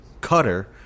cutter